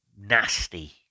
nasty